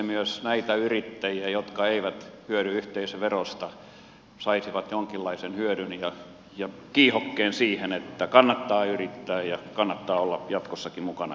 myös nämä yrittäjät jotka eivät hyödy yhteisöverosta saisivat jonkinlaisen hyödyn ja kiihokkeen siihen että kannattaa yrittää ja kannattaa olla jatkossakin mukana yrittämässä